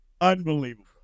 Unbelievable